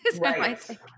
Right